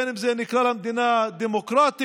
בין אם נקרא לה מדינה דמוקרטית,